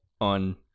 on